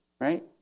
Right